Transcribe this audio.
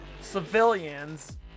civilians